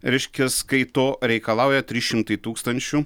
reiškias kai to reikalauja trys šimtai tūkstančių